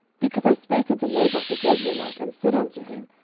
because i spake unto naboth the jezreelite, and said unto him,